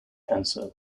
cancer